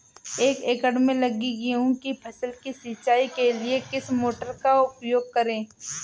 एक एकड़ में लगी गेहूँ की फसल की सिंचाई के लिए किस मोटर का उपयोग करें?